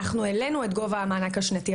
העלינו את גובה המענק השנתי,